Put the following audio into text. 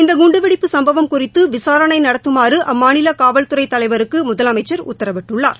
இந்த குண்டு வெடிப்பு சம்பவம் குறித்து விசாரணை நடத்துமாறு அம்மாநில காவல்துறை தலைவருக்கு முதலமைச்சர் உத்தரவிட்டுள்ளார்